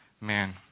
man